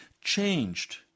changed